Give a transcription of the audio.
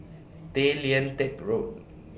Tay Lian Teck Road